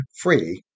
free